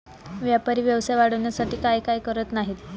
व्यापारी व्यवसाय वाढवण्यासाठी काय काय करत नाहीत